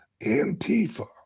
Antifa